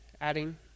adding